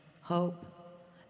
hope